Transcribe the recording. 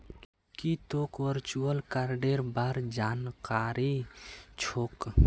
की तोक वर्चुअल कार्डेर बार जानकारी छोक